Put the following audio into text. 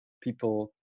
people